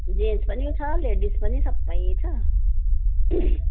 gents पनि छ ladies पनि सबै छ